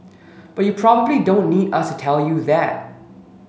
but you probably don't need us to tell you that